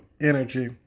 energy